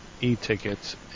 e-tickets